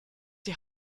die